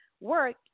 work